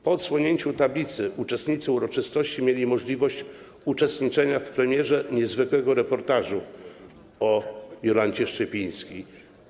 Po odsłonięciu tablicy uczestnicy uroczystości mieli możliwość uczestniczenia w premierze niezwykłego reportażu o Jolancie Szczypińskiej.